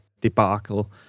debacle